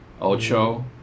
Ocho